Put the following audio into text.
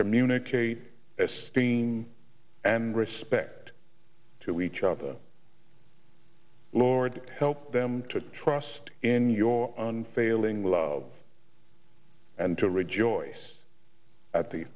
communicate esteem and respect to each other lord help them to trust in your unfailing love and to rejoice at the